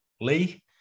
Lee